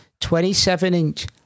27-inch